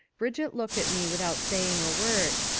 brigitte looked at me without saying a word.